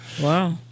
Wow